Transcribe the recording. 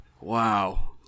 Wow